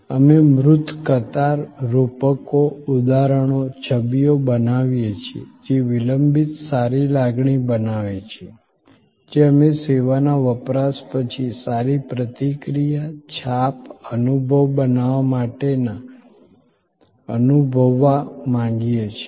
અમે મૂર્ત કતાર રૂપકો ઉદાહરણો છબીઓ બનાવીએ છીએ જે વિલંબિત સારી લાગણી બનાવે છે જે અમે સેવાના વપરાશ પછી સારી પ્રતિક્રિયા છાપ અનુભવ બનાવવા માટે અનુભવવા માંગીએ છીએ